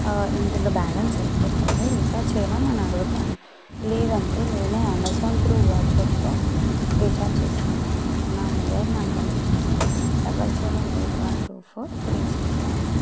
ఇందులో బ్యాలన్స్ అయిపోతుంది రీఛార్జ్ చేయమని అని అడుగుతాను లేదంటే నేనే అమెజాన్ త్రూ వౌచర్తో రీఛార్జ్ చేసుకుంటాను నా మొబైల్ నెంబర్ వచ్చేసి double seven eight one two four three six one nine